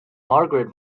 margaret